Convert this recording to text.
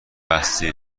بسته